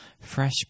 Fresh